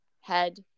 head